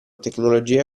tecnologie